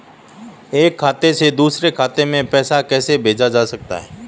एक खाते से दूसरे खाते में पैसा कैसे भेजा जा सकता है?